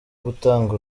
gutanga